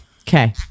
Okay